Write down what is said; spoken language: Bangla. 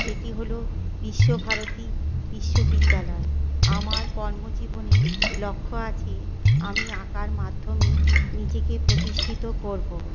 সেটি হলো বিশ্বভারতী বিশ্ববিদ্যালয় আমার কর্ম জীবনের লক্ষ্য আছে আমি আঁকার মাধ্যমেই নিজেকে প্রতিষ্ঠিত করবো